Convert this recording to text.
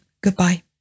Goodbye